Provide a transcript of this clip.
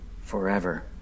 forever